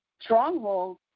stronghold